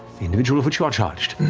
the individual of which you are charged.